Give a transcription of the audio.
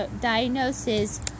diagnosis